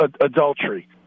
adultery